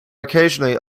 occasionally